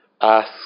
ask